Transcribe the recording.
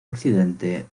accidente